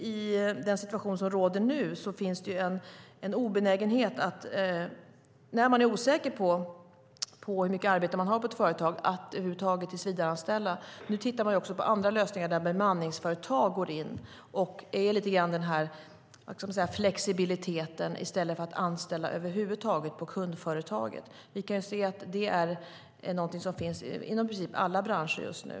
I den situation som råder nu finns det en obenägenhet att över huvud taget tillsvidareanställa när man är osäker på hur mycket arbete man har på ett företag. Nu tittar man också på andra lösningar där bemanningsföretag går in och ger lite grann flexibilitet i stället för att man anställer över huvud taget på kundföretaget. Vi kan se att det är någonting som finns inom princip alla branscher just nu.